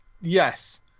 Yes